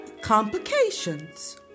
complications